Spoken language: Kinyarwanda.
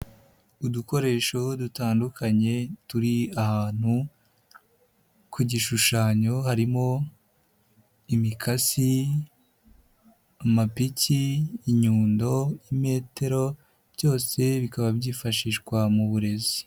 Udukoresho dutandukanye turi ahantu ku gishushanyo, harimo imikasi, amapiki, inyundo, imetero, byose bikaba byifashishwa mu burezi.